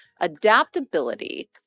adaptability